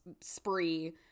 spree